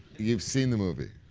you've seen the movie.